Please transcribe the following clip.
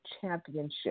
Championship